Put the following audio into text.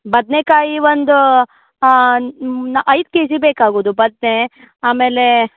ಬದನೇಕಾಯಿ ಒಂದು ಮ್ ಐದು ಕೆಜಿ ಬೇಕಾಗೋದು ಬದನೇ ಆಮೇಲೆ